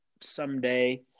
someday